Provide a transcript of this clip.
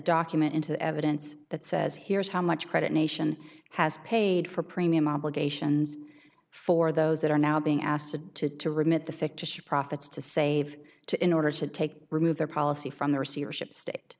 document into evidence that says here's how much credit nation has paid for premium obligations for those that are now being asked to to remit the fictitious profits to save to in order to take remove their policy from the receivership state